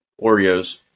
Oreos